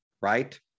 right